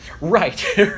Right